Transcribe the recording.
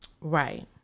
right